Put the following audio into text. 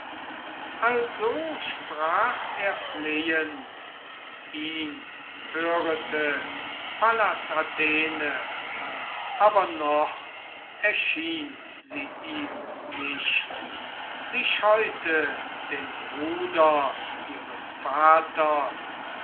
also sprach er flehend ihn hörete pallas athene aber noch erschien sie ihm nicht sie scheute den bruder ihres vaters